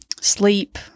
sleep